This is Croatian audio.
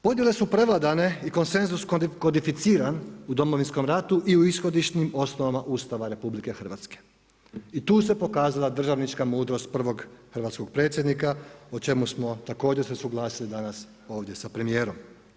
Podjele su prevladane i konsenzus kodificiran u Domovinskom ratu i u ishodišnim osnovama Ustava RH i tu se pokazala državnička dužnost prvog hrvatskog predsjednika o čemu smo također se suglasili danas ovdje sa premijerom.